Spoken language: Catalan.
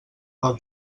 del